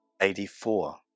Eighty-four